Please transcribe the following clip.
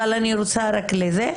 אבל אני רוצה רק לשמור את האופציה.